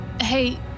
hey